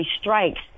strikes